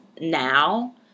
now